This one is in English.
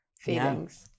feelings